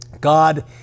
God